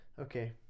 Okay